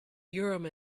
urim